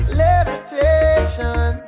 levitation